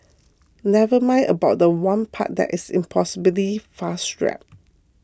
never mind about the one part that is impossibly fast rap